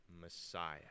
Messiah